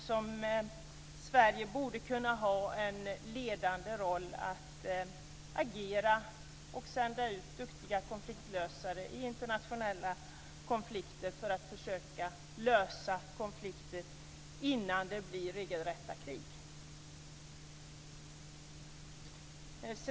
Sverige borde kunna ha en ledande roll i att agera och sända ut duktiga konfliktlösare i internationella konflikter för att försöka lösa konflikter innan det blir regelrätta krig.